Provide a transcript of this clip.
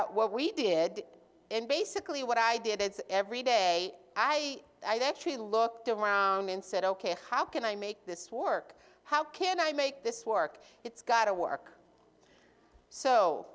out what we did and basically what i did every day i actually looked around and said ok how can i make this work how can i make this work it's got to work so